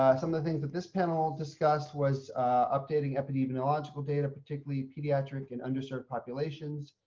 some of the things that this panel discussed was updating epidemiological data, particularly pediatric and underserved populations,